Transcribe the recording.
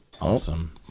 awesome